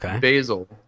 basil